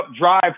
drive